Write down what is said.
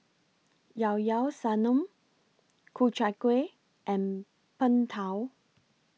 Ilao Ilao Sanum Ku Chai Kueh and Png Tao